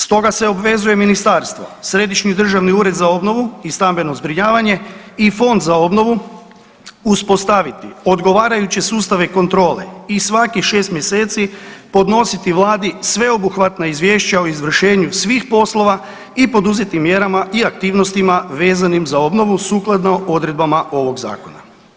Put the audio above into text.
Stoga se obvezuje ministarstvo, Središnji državni ured za obnovu i stambeno zbrinjavanje i Fond za obnovu uspostaviti odgovarajuće sustave kontrole i svakih 6 mjeseci podnositi vladi sveobuhvatna izvješća o izvršenju svih poslova i poduzeti mjerama i aktivnostima vezanim za obnovu sukladno odredbama ovog zakona.